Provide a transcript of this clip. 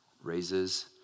Raises